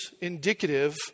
indicative